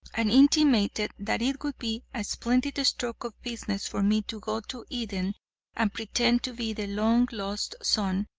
and intimated that it would be a splendid stroke of business for me to go to eden and pretend to be the long-lost son,